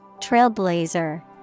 Trailblazer